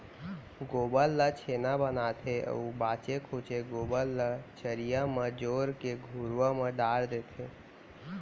गोबर ल छेना बनाथे अउ बांचे खोंचे गोबर ल चरिहा म जोर के घुरूवा म डार देथे